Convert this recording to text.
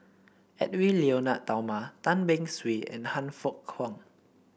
Edwy Lyonet Talma Tan Beng Swee and Han Fook Kwang